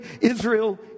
Israel